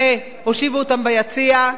והושיבו אותן ביציע.